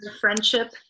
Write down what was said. friendship